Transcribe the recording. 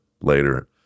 later